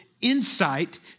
insight